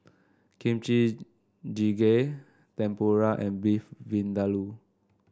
Kimchi Jjigae Tempura and Beef Vindaloo